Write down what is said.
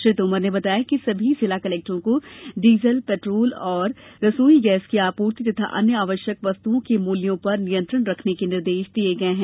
श्री तोमर ने बताया कि सभी जिला कलेक्टरों को डीजल पेट्रोल और रसोई गैस की आपूर्ति तथा अन्य आवश्यक वस्तुओं के मूल्यों पर नियंत्रण रखने के निर्देश दिए गये हैं